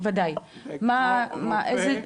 זה כמו רופא,